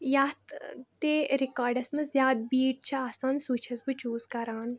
یَتھ تہِ رِکاڈَس منٛز زیادٕ بیٖٹ چھِ آسان سُے چھَس بہٕ چوٗز کَران